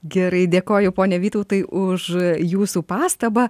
gerai dėkoju pone vytautai už jūsų pastabą